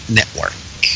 Network